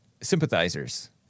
sympathizers